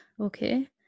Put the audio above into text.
okay